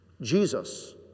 Jesus